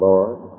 Lord